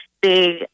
big